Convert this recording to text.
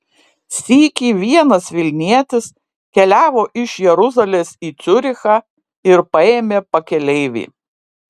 sykį vienas vilnietis keliavo iš jeruzalės į ciurichą ir paėmė pakeleivį